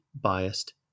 biased